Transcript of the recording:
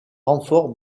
renforts